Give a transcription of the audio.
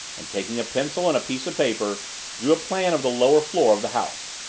and taking a pencil and a piece of paper drew a plan of the lower floor of the house.